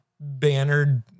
bannered